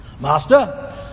Master